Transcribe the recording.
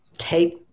Take